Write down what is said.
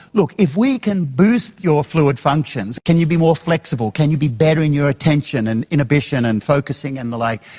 if we can boost your fluid functions, can you be more flexible, can you be better in your attention and inhibition and focusing and the like,